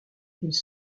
ils